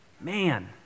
Man